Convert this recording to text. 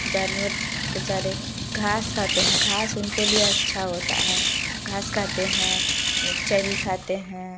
जानवर बेचारे घास खाते हैं घास उनके लिए अच्छा होता है घास खाते हैं चरी खाते हैं